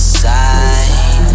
side